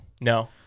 No